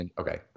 Okay